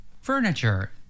furniture